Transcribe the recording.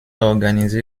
organisé